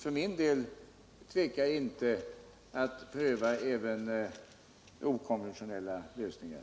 För min del tvekar jag inte att pröva även okonventionella av Gränges Shiplösningar.